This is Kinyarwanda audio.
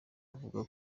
avuga